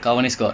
oh my